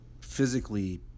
physically